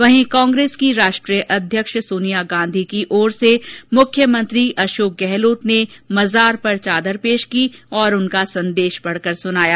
वहीं कांग्रेस की राष्ट्रीय अध्यक्ष सोनिया गांधी की ओर से मुख्यमंत्री अशोक गहलोत ने मजार पर चादर पेश की और उनका का संदेश पढ़कर सुनाया